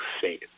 faith